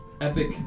epic